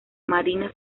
marina